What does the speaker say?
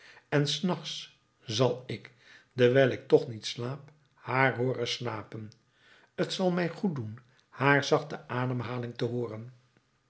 en s nachts zal ik dewijl ik toch niet slaap haar hooren slapen t zal mij goed doen haar zachte ademhaling te hooren